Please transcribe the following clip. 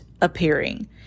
appearing